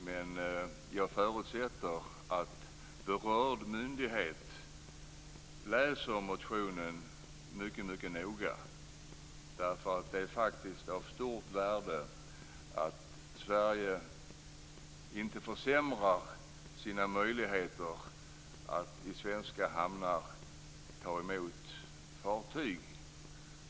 Men jag förutsätter att berörd myndighet läser motionen mycket noga, därför att det är faktiskt av stort värde att Sverige inte försämrar sina möjligheter att ta emot fartyg i svenska hamnar.